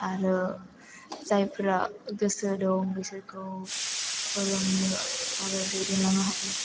आरो जायफोरा गोसो दं बिसोरखौ फोरोंनो आरो दैदेनलांनो हायो